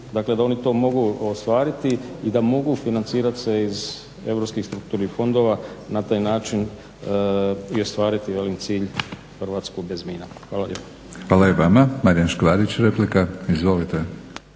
dakle da oni to mogu ostvariti i da mogu financirati se iz europskih strukturnih fondova na taj način i ostvariti velim cilj "Hrvatska bez mina". Hvala